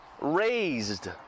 raised